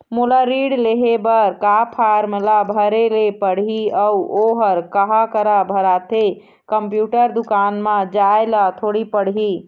मोला ऋण लेहे बर का फार्म ला भरे ले पड़ही अऊ ओहर कहा करा भराथे, कंप्यूटर दुकान मा जाए ला थोड़ी पड़ही?